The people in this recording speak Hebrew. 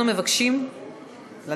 אנחנו מבקשים לתת כבוד לאלי.